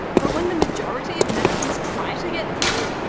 but when the majority of medicines try to get through,